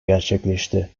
gerçekleşti